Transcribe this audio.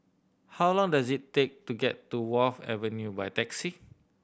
how long does it take to get to Wharf Avenue by taxi